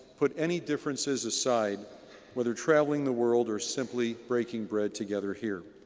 put any differences aside whether travelling the world or simply breaking bread together here.